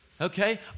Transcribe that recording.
okay